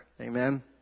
Amen